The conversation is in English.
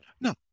No